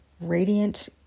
radiant